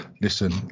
listen